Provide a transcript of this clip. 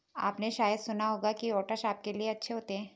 आपने शायद सुना होगा कि ओट्स आपके लिए अच्छे होते हैं